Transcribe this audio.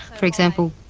for example,